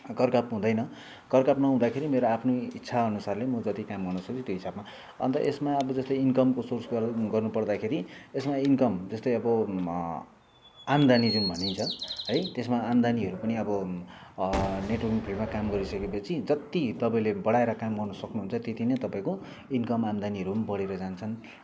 करकाप हुँदैन करकाप नहुँदाखेरि मेरो आफ्नै इच्छा अनुसारले म जति काम गर्नु सक्छु त्यही हिसाबमा अन्त यसमा अब जस्तै इन्कमको सोर्स गर् गर्नु पर्दाखेरि यसमा इन्कम जस्तै अब आम्दानी जुन भनिन्छ है त्यसमा आम्दानीहरू पनि अब नेटवर्किङ फिल्डमा काम गरिसकेपछि जत्ति तपाईँले बढाएर काम गर्नु सक्नुहुन्छ त्यति नै तपाईँको इन्कम आम्दानीहरू पनि बढेर जान्छन् हो अन्त